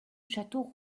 château